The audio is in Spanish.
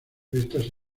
estas